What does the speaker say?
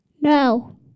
No